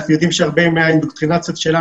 אנחנו יודעים שהרבה מהאינדוקטרונציות שלנו,